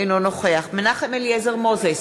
אינו נוכח מנחם אליעזר מוזס,